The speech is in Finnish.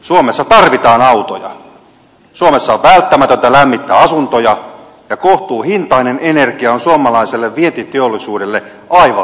suomessa tarvitaan autoja suomessa on välttämätöntä lämmittää asuntoja ja kohtuuhintainen energia on suomalaiselle vientiteollisuudelle aivan välttämätöntä